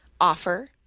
offer